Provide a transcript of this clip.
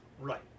Right